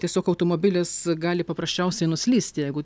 tiesiog automobilis gali paprasčiausiai nuslysti jeigu